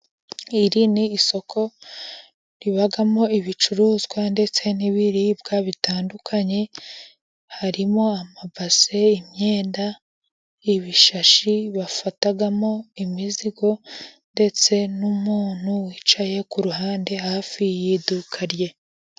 Iri ni isoko ribamo ibicuruzwa ndetse n'ibiribwa bitandukanye, harimo amabase, imyenda, ibishashi bafatamo imizigo, ndetse n'umuntu wicaye ku ruhande hafi y'iduka rye.